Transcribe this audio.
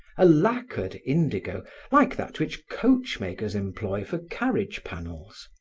a lacquered indigo like that which coachmakers employ for carriage panels.